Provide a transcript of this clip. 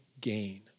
gain